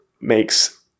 makes